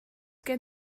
gen